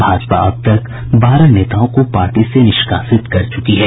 भाजपा अब तक बारह नेताओं को पार्टी से निष्कासित कर चुकी है